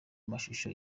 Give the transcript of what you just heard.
mashusho